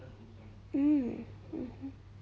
mm mmhmm